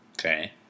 Okay